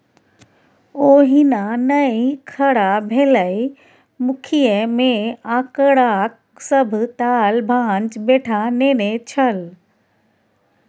ओहिना नै खड़ा भेलै मुखिय मे आंकड़ाक सभ ताल भांज बैठा नेने छल